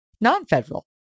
non-federal